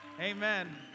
Amen